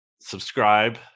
subscribe